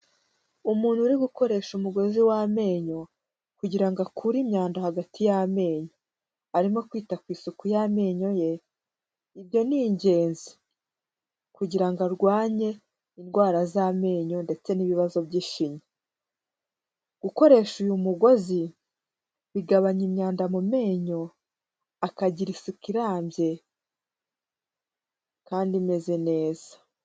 Umuntu uri gukoresha umugozi w'amenyo kugira ngo akure imyanda hagati y'amenyo, arimo kwita ku isuku y'amenyo ye, ibyo ni ingenzi kugira ngo arwanye indwara z'amenyo ndetse n'ibibazo by'ishinya, gukoresha uyu mugozi bigabanya imyanda mu menyo akagira isuku irambye kandi imeze neza.